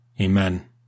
Amen